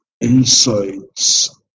Insights